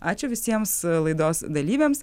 ačiū visiems laidos dalyviams